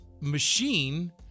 machine